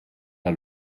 der